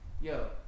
Yo